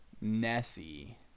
Nessie